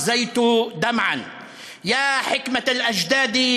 היה נהפך פריו לדמעות / חוכמת האבות,